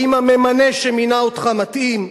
האם הממנה שמינה אותך מתאים?